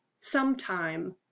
sometime